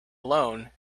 alone